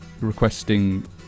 requesting